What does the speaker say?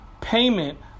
payment